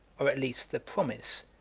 or at least the promise,